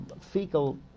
fecal